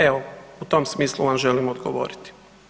Evo u tom smislu vam želim odgovoriti.